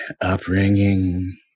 upbringing